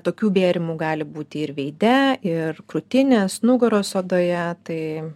tokių bėrimų gali būti ir veide ir krūtinės nugaros odoje tai